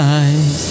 eyes